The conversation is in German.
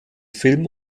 film